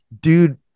Dude